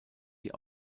die